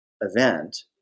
event